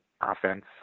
offense